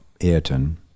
Ayrton